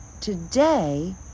today